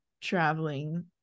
traveling